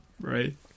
right